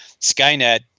Skynet